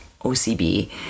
OCB